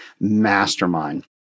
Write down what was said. mastermind